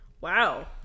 Wow